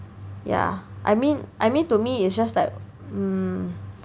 yeah I mean I mean to me it's just like mm